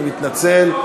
אני מתנצל.